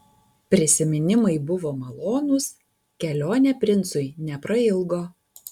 prisiminimai buvo malonūs kelionė princui neprailgo